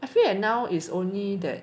I feel like now is only that